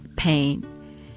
Pain